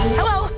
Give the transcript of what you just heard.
hello